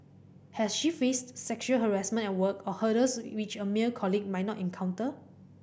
has she faced sexual harassment at work or hurdles which a male colleague might not encounter